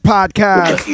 Podcast